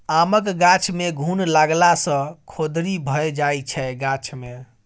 आमक गाछ मे घुन लागला सँ खोदरि भए जाइ छै गाछ मे